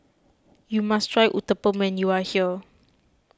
you must try Uthapam when you are here